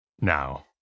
now